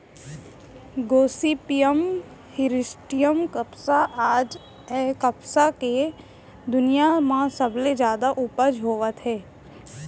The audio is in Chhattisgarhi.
गोसिपीयम हिरस्यूटॅम कपसा आज ए कपसा के दुनिया म सबले जादा उपज होवत हे